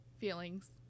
feelings